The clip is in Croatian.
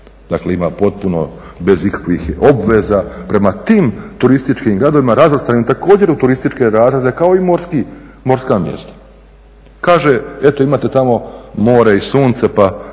dakle ima potpuno bez ikakvih obveza prema tim turističkim gradovima razvrstanim također u turističke razrede kao i morska mjesta. Kaže, eto imate tamo more i sunce pa